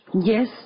Yes